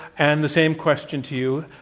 and the same question to you,